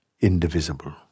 indivisible